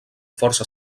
força